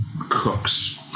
cooks